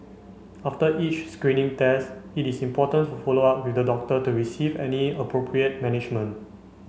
after each screening test it is important to follow up with the doctor to receive any appropriate management